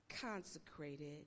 consecrated